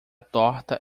torta